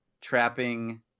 trapping